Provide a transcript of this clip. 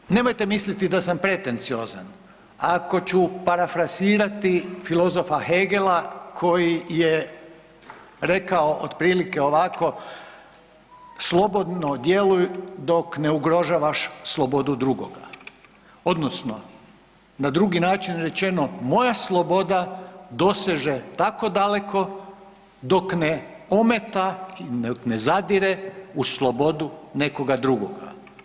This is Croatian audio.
Dakle nemojte misliti da sam pretenciozan ako ću parafrazirati filozofa Hegela koji je rekao otprilike ovako, slobodno djeluj dok ne ugrožavaš slobodu drugoga odnosno na drugi način rečeno, moja sloboda doseže tako daleko dok ne ometa ili ne zadire u slobodu nekoga drugoga.